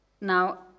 Now